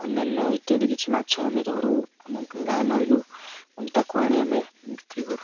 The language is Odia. ଅନ୍ୟାନ୍ୟ ଇତ୍ୟାଦି କିଛି ମାଛ ଆମେ ଧରୁ ଆମ ଗାଁ ନଈରୁ ଏବଂ ତାକୁ ଆଣି ଆମେ ବିକ୍ରି କରୁ